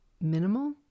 Minimal